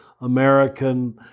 American